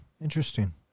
interesting